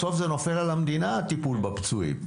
בסוף זה נופל על המדינה הטיפול בפצועים.